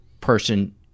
person